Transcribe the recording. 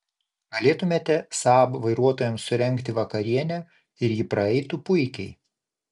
galėtumėte saab vairuotojams surengti vakarienę ir ji praeitų puikiai